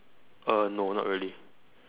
uh no not really